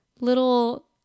little